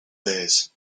days